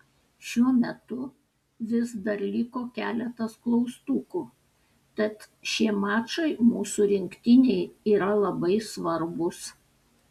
šiuo metu vis dar liko keletas klaustukų tad šie mačai mūsų rinktinei yra labai svarbūs